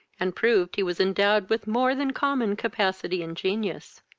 and proved he was endowed with more than common capacity and genius.